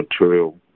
material